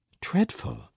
dreadful